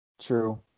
True